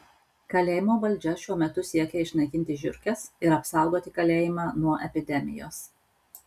kalėjimo valdžia šiuo metu siekia išnaikinti žiurkes ir apsaugoti kalėjimą nuo epidemijos